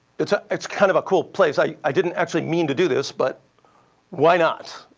it's ah it's kind of a cool place. i i didn't actually mean to do this, but why not?